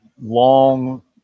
long